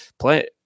play